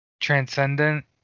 transcendent